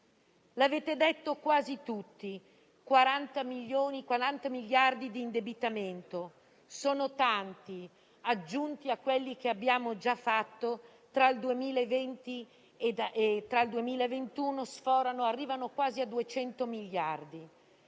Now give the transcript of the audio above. L'avete detto quasi tutti: 40 miliardi di indebitamento sono tanti e, aggiunti a quelli che abbiamo già approvato tra il 2020 e il 2021, arrivano quasi a 200 miliardi.